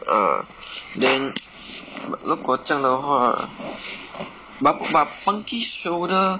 ah then 如果这样的话 but but monkey shoulder